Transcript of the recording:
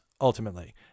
ultimately